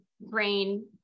brain